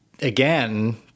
again